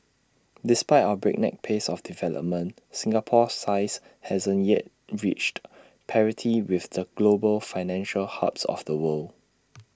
despite our breakneck pace of development Singapore's size hasn't yet reached parity with the global financial hubs of the world